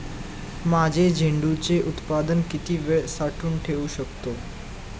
माझे झेंडूचे उत्पादन किती वेळ साठवून ठेवू शकतो?